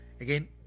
Again